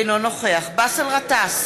אינו נוכח באסל גטאס,